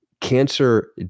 cancer